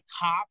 Cop